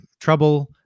trouble